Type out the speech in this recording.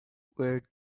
where